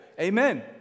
amen